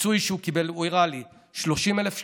הפיצוי שהוא קיבל, הוא הראה לי: 30,000 שקלים.